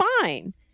fine